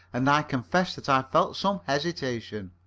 and i confess that i felt some hesitation.